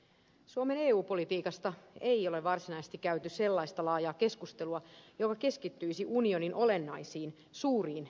suomen eu politiikasta ei ole varsinaisesti käyty sellaista laajaa keskustelua joka keskittyisi unionin olennaisiin suuriin linjauksiin